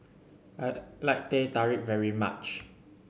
I like Teh Tarik very much